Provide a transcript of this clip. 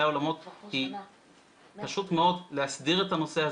האולמות היא פשוט מאוד להסדיר את הנושא הזה.